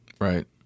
right